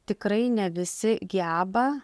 tikrai ne visi geba